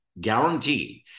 Guaranteed